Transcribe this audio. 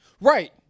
Right